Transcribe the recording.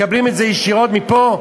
מקבלים את זה ישירות מפה,